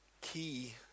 key